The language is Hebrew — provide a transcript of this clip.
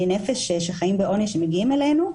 נפש שחיים בעוני ושמגיעים אלינו,